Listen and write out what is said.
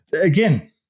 Again